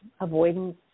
avoidance